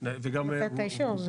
לתת את האישור.